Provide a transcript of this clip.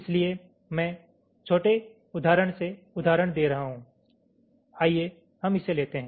इसलिए मैं छोटे उदाहरण से उदाहरण दे रहा हूं आइए हम इसे लेते हैं